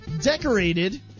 Decorated